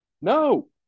No